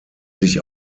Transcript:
sich